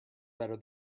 better